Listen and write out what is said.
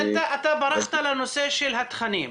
אתה ברחת לנושא של התכנים,